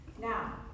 Now